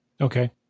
Okay